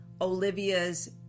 Olivia's